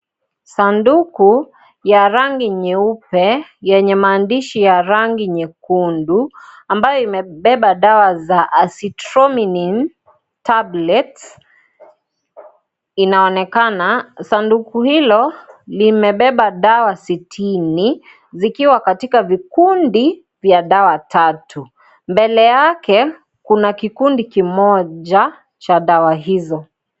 Sanduku ya rangi nyeupe yenye maandishi ya rangi nyekundu ambayo imebeba dawa za Azithromyoin tablets inaonekana , sanduku hilo limebeba dawa sitini zikiwa katika vikundi vya dawa tatu, mbele yake kuna kikundi kimoja cha dawa hiyo.